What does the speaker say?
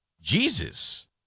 Jesus